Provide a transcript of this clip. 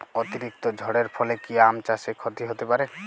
অতিরিক্ত ঝড়ের ফলে কি আম চাষে ক্ষতি হতে পারে?